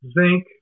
zinc